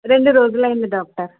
రెండు రోజులు అయింది డాక్టర్